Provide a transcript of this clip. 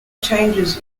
changes